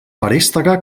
feréstega